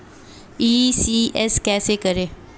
ECS कैसे करें?